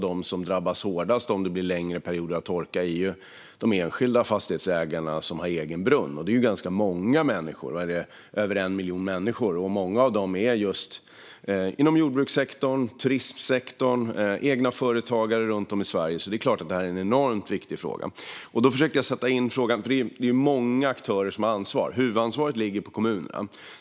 De som drabbas hårdast om det blir längre perioder av torka är de enskilda fastighetsägare som har egen brunn. Det är ganska många människor. Det är över 1 miljon människor. Många av dem finns inom jordbrukssektorn och turistsektorn. Det är egna företagare runt om i Sverige. Det är klart att det är en enormt viktig fråga. Jag försökte sätta in frågan i ett sammanhang. Det är många aktörer som har ansvar. Huvudansvaret ligger på kommunen.